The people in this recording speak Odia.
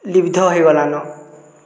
ଲିବ୍ଧ ହେଇଗଲାନ